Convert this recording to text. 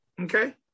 Okay